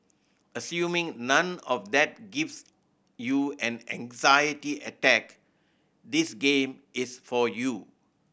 assuming none of that gives you an anxiety attack this game is for you